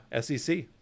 SEC